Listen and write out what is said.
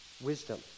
wisdom